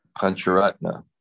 Pancharatna